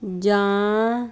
ਜਾਂ